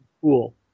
cool